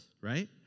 right